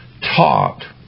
taught